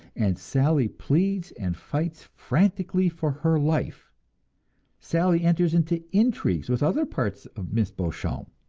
and sally pleads and fights frantically for her life sally enters into intrigues with other parts of miss beauchamp,